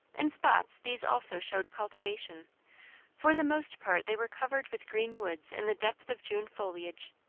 in spots these also showed cultivation for the most part they were covered with green woods in the depth of june foliage.